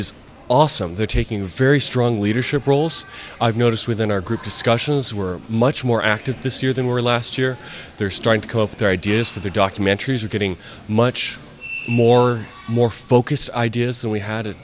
is awesome they're taking very strong leadership roles i've noticed within our group discussions we're much more active this year than we were last year they're starting to cope their ideas for the documentaries are getting much more more focused ideas than we had a